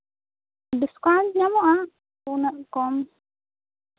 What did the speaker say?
discount ᱧᱟᱢᱚᱜᱼᱟ ᱩᱱᱟᱹᱜ ᱠᱚᱢ